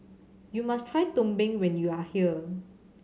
you must try Tumpeng when you are here